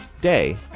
Day